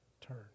turn